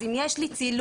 אז אם יש לי צילום,